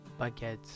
baguettes